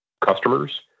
customers